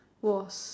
was